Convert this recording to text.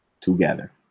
together